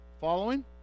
Following